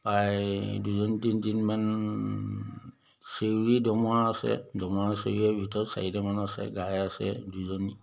প্ৰায় দুজনী তিনিজনীমান চেউৰী দমৰা আছে দমৰা চেউৰীৰ ভিতৰত চাৰিটামান আছে গাই আছে দুজনী